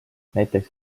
näiteks